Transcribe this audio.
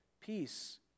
peace